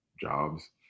jobs